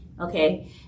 Okay